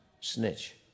snitch